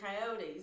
Coyotes